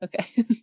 Okay